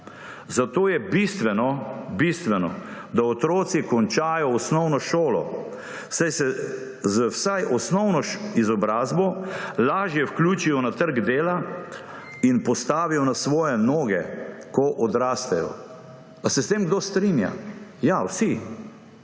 Zato je bistveno bistveno, da otroci končajo osnovno šolo, saj se z vsaj osnovno izobrazbo lažje vključijo na trg dela in postavijo na svoje noge, ko odrastejo. Ali se s tem kdo strinja? Ja, vsi.